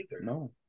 No